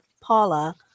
Paula